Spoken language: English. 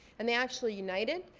and they actually united.